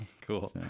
Cool